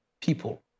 people